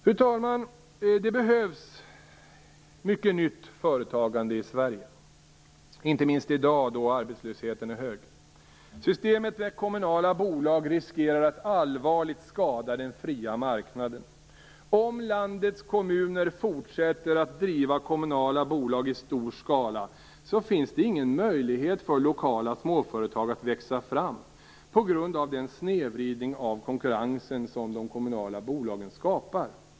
Fru talman! Det behövs mycket nytt företagande i Sverige, inte minst i dag när arbetslösheten är hög. Systemet med kommunala bolag riskerar att allvarligt skada den fria marknaden. Om landets kommuner fortsätter att driva kommunala bolag i stor skala finns det ingen möjlighet för lokala småföretag att växa fram på grund av den snedvridning av konkurrensen som de kommunala bolagen skapar.